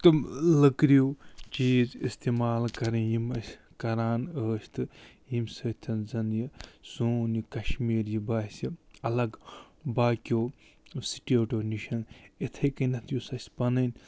تِم لٕکروٗ چیٖز اِستعمال کَرٕنۍ یِم أسۍ کران ٲسۍ تہٕ ییٚمہِ سۭتۍ زَنہٕ یہِ سون یہِ کَشمیٖر یہِ باسہِ الگ باقِیَو سِٹیٹَو نِش اِتھٕے کَنیتھ یُس اَسہِ پَنٕنۍ